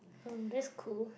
oh that's cool